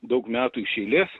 daug metų iš eilės